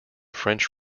french